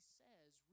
says